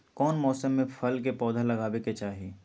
कौन मौसम में फल के पौधा लगाबे के चाहि?